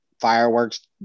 fireworks